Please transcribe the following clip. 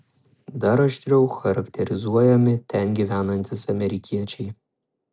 dar aštriau charakterizuojami ten gyvenantys amerikiečiai